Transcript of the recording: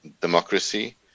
democracy